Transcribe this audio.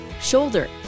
shoulder